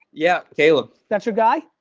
yeah, caleb. that's your guy?